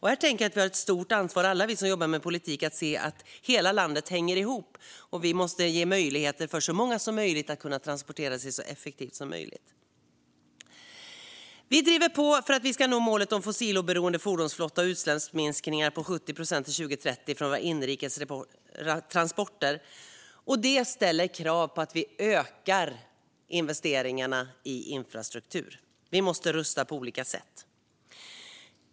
Här har alla vi som jobbar med politik ett stort ansvar att se att hela landet hänger ihop. Vi måste ge möjligheter för så många som möjligt att kunna transportera sig så effektivt som möjligt. Vi driver på för att vi ska nå målet om en fossiloberoende fordonsflotta och utsläppsminskningar på 70 procent till 2030 från våra inrikes transporter. Det ställer krav på att vi ökar investeringarna i infrastruktur. Vi måste rusta på olika sätt.